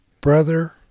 brother